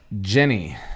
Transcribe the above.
Jenny